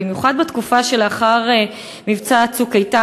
במיוחד בתקופה שלאחר מבצע "צוק איתן",